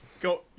Go